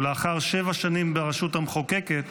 ולאחר שבע שנים ברשות המחוקקת